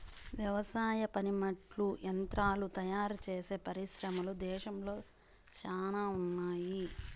వ్యవసాయ పనిముట్లు యంత్రాలు తయారుచేసే పరిశ్రమలు దేశంలో శ్యానా ఉన్నాయి